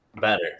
better